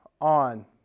on